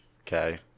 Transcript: okay